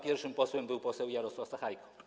Pierwszym posłem był poseł Jarosław Sachajko.